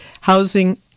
Housing